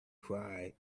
cried